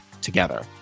together